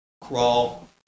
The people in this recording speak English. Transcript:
crawl